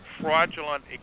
fraudulent